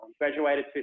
Graduated